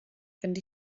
fynd